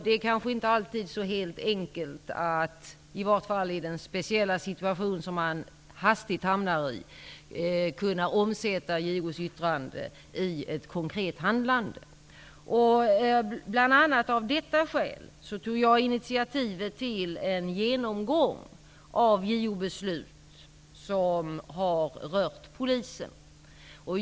Det kanske inte alltid är så enkelt att -- i vart fall inte i den speciella situation som man hastigt hamnar i -- kunna omsätta JO:s yttrande i ett konkret handlande. Bl.a. av detta skäl tog jag initiativ till en genomgång av JO-beslut som har rört Polisen.